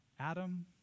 Adam